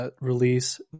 Release